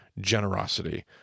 generosity